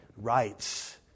rights